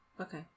Okay